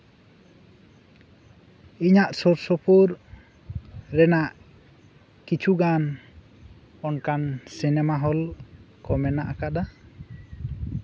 ᱤᱧᱟᱜ ᱥᱩᱨᱼᱥᱩᱯᱩᱨ ᱨᱮᱱᱟᱜ ᱠᱤᱪᱷᱩ ᱜᱟᱱ ᱚᱱᱠᱟᱱ ᱥᱤᱱᱮᱢᱟ ᱦᱚᱞ ᱠᱚ ᱢᱮᱱᱟᱜ ᱟᱠᱟᱫᱟ